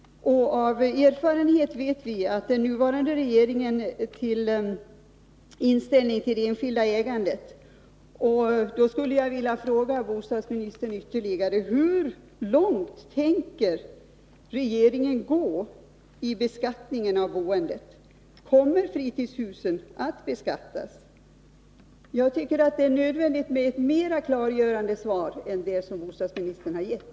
Av erfarenhet vet vi vilken inställning den nuvarande regeringen har till det enskilda ägandet. Jag skulle vilja fråga bostadsministern: Hur långt tänker regeringen gå när det gäller beskattningen av boendet? Kommer fritidshusen att beskattas? Jag tycker att det är nödvändigt med ett mer klargörande svar än det som bostadsministern har gett.